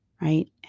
right